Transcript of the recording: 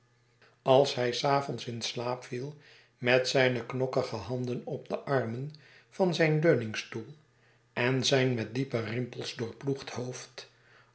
als hij des avonds in slaap viel met zijne knokkige handen op de armen van zijn leuningstoel en zijn met diepe rimpels doorploegd hoofd